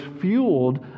fueled